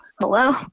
Hello